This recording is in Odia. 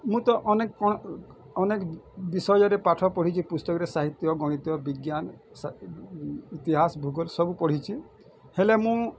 ମୁଁ ତ ଅନେକ୍ କ'ଣ ଅନେକ୍ ବିଷୟରେ ପାଠ ପଢ଼ିଛି ପୁସ୍ତକରେ ସାହିତ୍ୟ ଗଣିତ ବିଜ୍ଞାନ ଇତିହାସ ଭୂଗଲ୍ ସବୁ ପଢ଼ିଛି ହେଲେ ମୁଁ